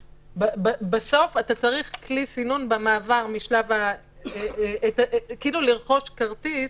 בסוף צריך כלי סינון, כאילו לרכוש כרטיס